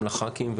גם לח"כים,